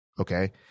Okay